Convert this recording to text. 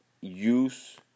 use